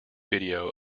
video